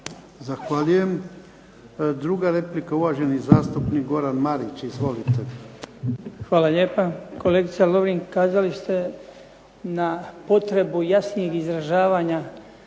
Zahvaljujem. Druga replika uvaženi zastupnik Goran Marić, izvolite. **Marić, Goran (HDZ)** Hvala lijepa. Kolegice Lovrin ukazali ste na jasnijeg izražavanja